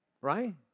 Right